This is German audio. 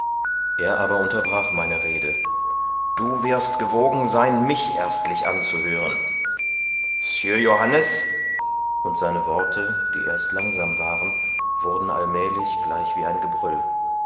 er aber unterbrach meine rede du wirst gewogen sein mich erstlich auszuhören sieur johannes und seine worte die erst langsam waren wurden allmählich gleichwie ein gebrüll